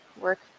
work